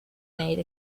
made